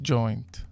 Joint